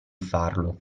farlo